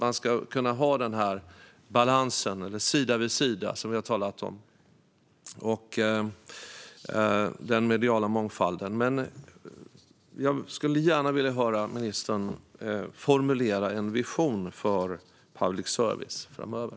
Man ska kunna hålla balansen, sida vid sida, som vi har talat om, med den mediala mångfalden. Jag skulle gärna vilja höra ministern formulera en vision för public service framöver.